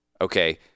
Okay